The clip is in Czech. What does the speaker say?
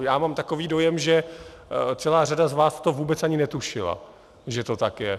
Já mám takový dojem, že celá řada z vás to vůbec ani netušila, že to tak je.